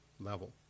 level